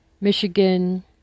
Michigan